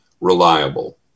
reliable